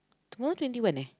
tomorrow twenty one eh